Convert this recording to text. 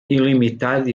ilimitado